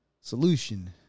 solution